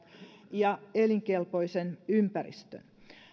ja elinkelpoisen ympäristön